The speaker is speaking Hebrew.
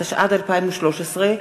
התשע"ד 2013,